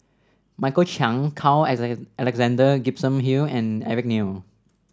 Michael Chiang Carl Alexander Gibson Hill and Eric Neo